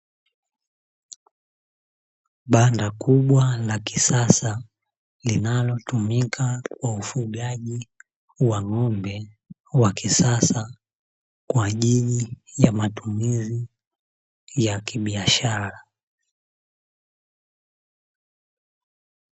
Banda kubwa la kisasa, linalotumika kwa ufugaji wa ng'ombe wa kisasa, kwa ajili ya matumizi ya kibiashara.